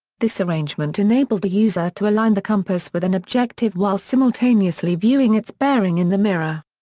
this arrangement enabled the user to align the compass with an objective while simultaneously viewing its bearing in the mirror.